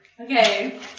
Okay